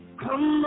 come